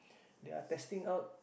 they are testing out